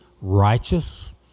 righteous